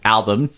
album